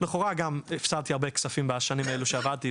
לכאורה גם הפסדתי הרבה כספים בשנים האלה שעבדתי,